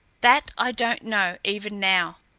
that i don't know, even now.